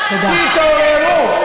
תתעוררו.